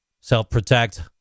Self-protect